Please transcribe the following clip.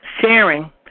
sharing